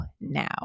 now